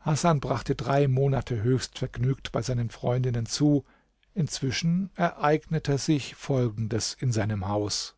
hasan brachte drei monate höchst vergnügt bei seinen freundinnen zu inzwischen ereignete sich folgendes in seinem haus